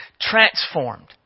transformed